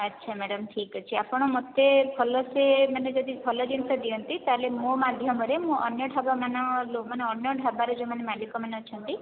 ଆଚ୍ଛା ମ୍ୟାଡ଼ାମ୍ ଠିକ୍ ଅଛି ଆପଣ ମୋତେ ଭଲସେ ମାନେ ଯଦି ଭଲ ଜିନିଷ ଦିଅନ୍ତି ତା'ହେଲେ ମୋ ମାଧ୍ୟମରେ ମୁଁ ଅନ୍ୟ ଢାବାମାନ ମାନେ ଅନ୍ୟ ଢାବାରେ ଯେଉଁମାନେ ମାଲିକମାନେ ଅଛନ୍ତି